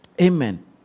Amen